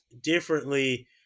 differently